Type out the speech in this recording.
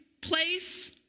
place